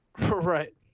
Right